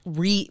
re